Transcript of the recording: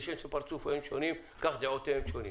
כשם שפרצופיהם שונים כך דעותיהם שונות.